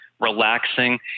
relaxing